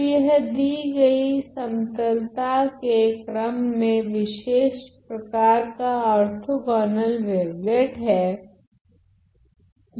तो यह दी गई समतलता के क्रम में विशेष प्रकार का ओर्थोगोनल वेवलेट है